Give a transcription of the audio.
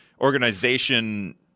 organization